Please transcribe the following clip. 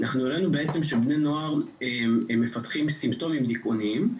אנחנו ראינו בעצם שבני הנוער מפתחים סימפטומים דיכאוניים,